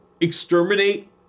exterminate